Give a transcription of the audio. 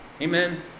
amen